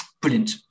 Brilliant